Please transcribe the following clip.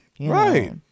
Right